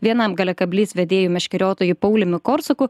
vienam gale kablys vedėju meškeriotojui pauliumi korsaku